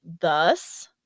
Thus